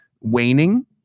waning